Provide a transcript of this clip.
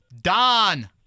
don